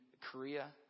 Korea